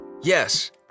yes